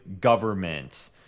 government